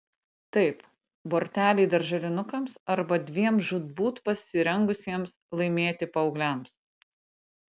taip borteliai darželinukams arba dviem žūtbūt pasirengusiems laimėti paaugliams